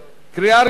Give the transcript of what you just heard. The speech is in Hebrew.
קריאה ראשונה.